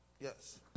Yes